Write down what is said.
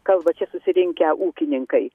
kalba čia susirinkę ūkininkai